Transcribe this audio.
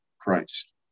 Christ